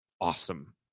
Awesome